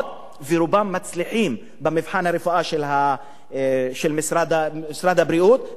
ורובם מצליחים במבחן הרפואה של משרד הבריאות בפעם הראשונה.